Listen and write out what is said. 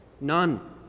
none